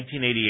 1988